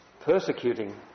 persecuting